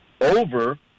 over